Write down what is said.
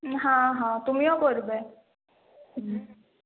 হ্যাঁ হ্যাঁ তুমিও করবে হ্যাঁ